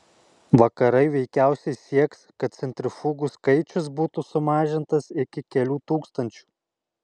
vakarai veikiausiai sieks kad centrifugų skaičius būtų sumažintas iki kelių tūkstančių